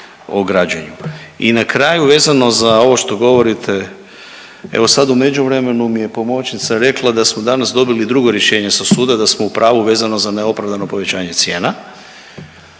o građenju. I na kraju, vezano za ovo što govorite, evo sad u međuvremenu mi je pomoćnica rekla da smo danas dobili drugo rješenje sa suda, da smo u pravu vezano za neopravdano povećanje cijena,